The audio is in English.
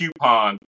coupon